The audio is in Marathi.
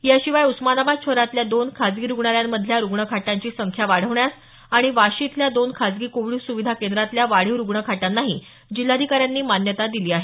याशिवाय उस्मानाबाद शहरातल्या दोन खासगी रुग्णालयांमधल्या रुग्णखाटांची संख्या वाढवण्यास आणि वाशी इथल्या दोन खाजगी कोविड सुविधा केंद्रातल्या वाढीव रुग्णखाटांनाही जिल्हाधिकाऱ्यांनी मान्यता दिली आहे